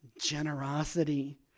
generosity